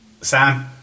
sam